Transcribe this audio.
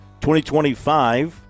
2025